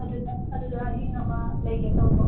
ꯑꯗꯨꯗ ꯑꯍꯤꯡ ꯑꯃ ꯂꯩꯒꯦ ꯇꯧꯕ